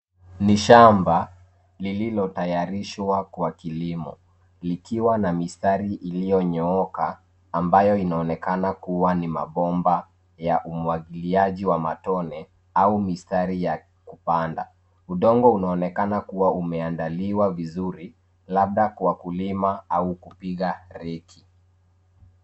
Ni shamba, lililotayarishwa kwa kilimo. Likiwa na mistari iliyonyooka ambayo inaonekana kuwa ni mabomba ya umwagiliaji wa matone au mistari ya kupanda. Udongo unaonekana kuwa umeandaliwa vizuri, labda kwa kulima au kupiga reki.